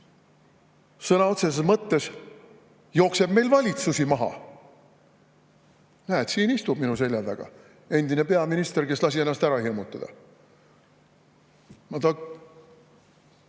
sõna otseses mõttes jookseb meil valitsusi maha. Näete, siin minu selja taga istub endine peaminister, kes lasi ennast ära hirmutada. Ka ühele